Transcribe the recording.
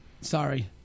Sorry